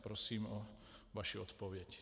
Prosím o vaši odpověď.